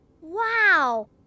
Wow